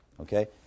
okay